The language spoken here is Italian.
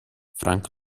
frank